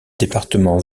département